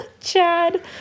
Chad